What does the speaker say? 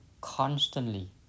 constantly